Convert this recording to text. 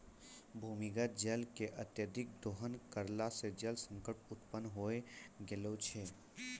भूमीगत जल के अत्यधिक दोहन करला सें जल संकट उत्पन्न होय गेलो छै